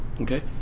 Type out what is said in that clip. okay